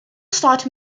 sought